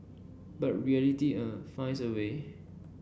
but reality uh finds a way